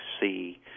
see